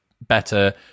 better